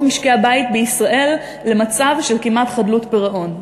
משקי-הבית בישראל למצב של כמעט חדלות פירעון.